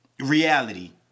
reality